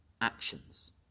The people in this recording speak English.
actions